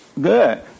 Good